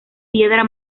piedra